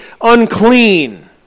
unclean